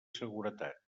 seguretat